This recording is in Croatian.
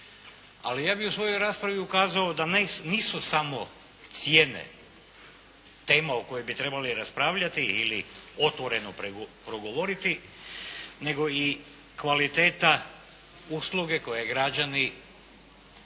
Ali ja bih u svojoj raspravi ukazao da nisu samo cijene tema o kojoj bi trebali raspravljati ili otvoreno progovoriti nego i kvaliteta usluge koju građani po